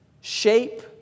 shape